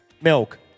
Milk